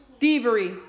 thievery